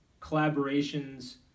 collaborations